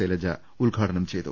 ശൈലജ ഉദ്ഘാടനം ചെയ്തു